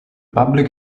public